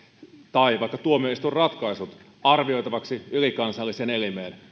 tai vaikka tuomioistuinratkaisut arvioitavaksi ylikansalliseen elimeen